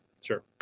sure